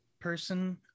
person